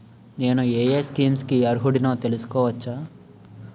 నేను యే యే స్కీమ్స్ కి అర్హుడినో తెలుసుకోవచ్చా?